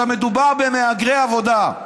מדובר במהגרי עבודה.